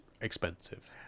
expensive